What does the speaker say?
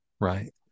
right